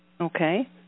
Okay